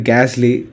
Gasly